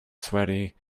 sweaty